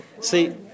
See